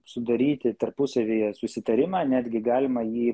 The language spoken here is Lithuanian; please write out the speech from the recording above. sudaryti tarpusavyje susitarimą netgi galima jį